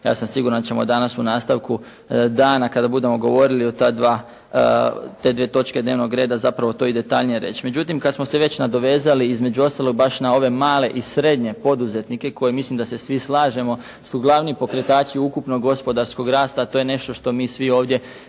Ja sam siguran da ćemo danas u nastavku dana kada budemo govorili o te dvije točke dnevnog reda zapravo to i detaljnije reći. Međutim, kad smo se već nadovezali između ostalog baš na ove male i srednje poduzetnike koje mislim da se svi slažemo su glavni pokretači ukupnog gospodarskog rasta, a to je nešto što mi svi ovdje